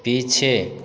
पीछे